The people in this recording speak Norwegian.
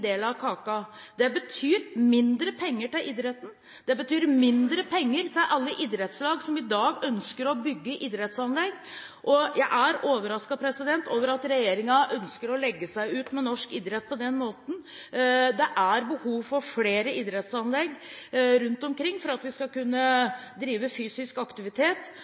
del av kaka. Det betyr mindre penger til idretten. Det betyr mindre penger til alle idrettslag som i dag ønsker å bygge idrettsanlegg. Jeg er overrasket over at regjeringen ønsker å legge seg ut med norsk idrett på den måten. Det er behov for flere idrettsanlegg rundt omkring for at man skal kunne drive fysisk aktivitet